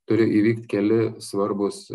turi įvykt keli svarbūs